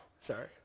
Sorry